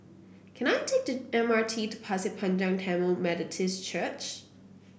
can I take the M R T to Pasir Panjang Tamil Methodist Church